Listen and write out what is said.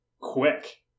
Quick